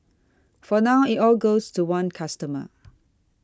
for now it all goes to one customer